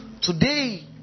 Today